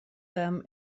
them